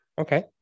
Okay